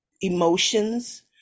emotions